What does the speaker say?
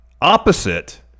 opposite